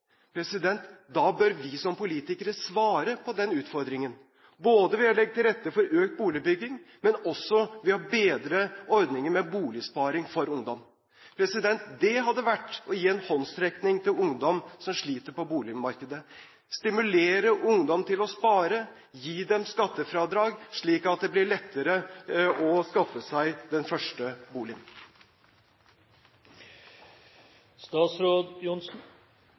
legge til rette for økt boligbygging og ved å bedre ordningen med boligsparing for ungdom. Det hadde vært å gi en håndsrekning til ungdom som sliter på boligmarkedet – stimulere ungdom til å spare, gi dem skattefradrag, slik at det blir lettere å skaffe seg den første boligen.